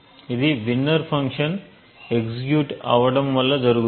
ఇది winner function execute అవటం వలన జరుగుతుంది